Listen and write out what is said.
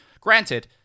Granted